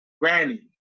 granny